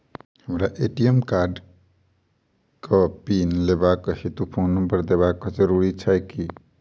हमरा ए.टी.एम कार्डक पिन लेबाक हेतु फोन नम्बर देबाक जरूरी छै की?